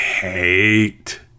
hate